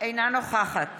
אינה נוכחת